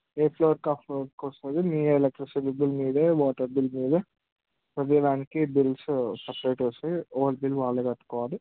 ఏ ఫ్లోర్ది ఆ ఫ్లోర్కి వస్తుంది మీ ఎలక్ట్రిసిటీ బిల్ మీదే వాటర్ బిల్ మీవే ప్రతి దానికి బిల్స్ సెపెరేట్ వస్తాయి ఎవరి బిల్ వాళ్ళే కట్టుకోవాలి